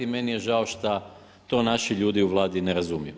Meni je žao što to naši ljudi u Vladi ne razumije.